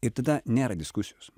ir tada nėra diskusijos